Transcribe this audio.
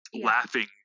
laughing